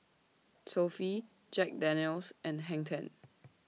Sofy Jack Daniel's and Hang ten